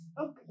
Okay